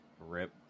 Rip